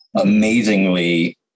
amazingly